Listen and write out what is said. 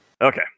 Okay